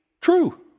true